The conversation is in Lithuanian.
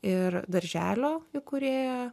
ir darželio įkūrėja